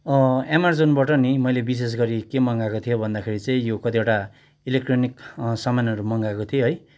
एमाजोनबाट नि मैले विशेष गरी के मगाएको थिएँ भन्दाखेरि चाहिँ यो कतिवटा इलेक्ट्रोनिक सामानहरू मगाएको थिएँ है